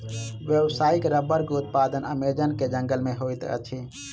व्यावसायिक रबड़ के उत्पादन अमेज़न के जंगल में होइत अछि